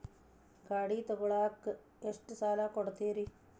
ಗಾಡಿ ತಗೋಳಾಕ್ ಎಷ್ಟ ಸಾಲ ಕೊಡ್ತೇರಿ?